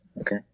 Okay